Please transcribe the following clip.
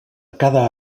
cada